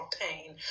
pain